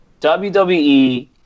WWE